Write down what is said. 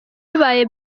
bibaye